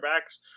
backs